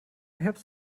herbst